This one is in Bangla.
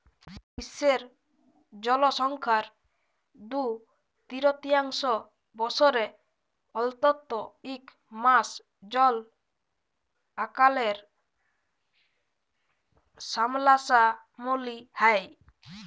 বিশ্বের জলসংখ্যার দু তিরতীয়াংশ বসরে অল্তত ইক মাস জল আকালের সামলাসামলি হ্যয়